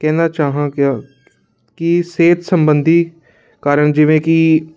ਕਹਿਣਾ ਚਾਹਾਂ ਕਿਆ ਕਿ ਸਿਹਤ ਸੰਬੰਧੀ ਕਾਰਨ ਜਿਵੇਂ ਕਿ